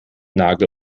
nagel